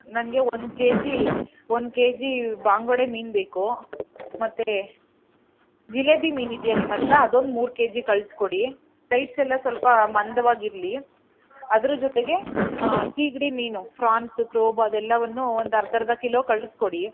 ನನಗೆ ಒಂದು ಕೇಜಿ ಒಂದು ಕೇಜಿ ಬಂಗುಡೆ ಮೀನು ಬೇಕು ಮತ್ತು ಜಿಲೇಬಿ ಮೀನು ಇದೆಯಾ ನಿಮ್ಮ ಹತ್ರ ಅದೊಂದು ಮೂರು ಕೆಜಿ ಕಳಿಸ್ಕೊಡಿ ಸೈಡ್ಸ್ ಎಲ್ಲ ಸ್ವಲ್ಪ ಮಂದವಾಗಿರಲಿ ಅದ್ರ ಜೊತೆಗೆ ಸೀಗಡಿ ಮೀನು ಪ್ರಾನ್ಸ್ ಕ್ರೋಬ್ ಅದೆಲ್ಲವನ್ನು ಒಂದು ಅರ್ಧರ್ಧ ಕಿಲೋ ಕಳಿಸ್ಕೊಡಿ